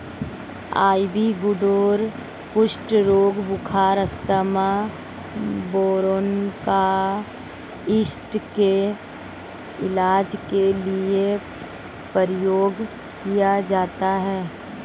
ivy gourd कुष्ठ रोग, बुखार, अस्थमा, ब्रोंकाइटिस के इलाज के लिए प्रयोग किया जाता है